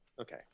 okay